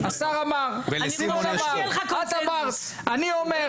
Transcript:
השר אמר, סימון אמר, את אמרת, אני אומר.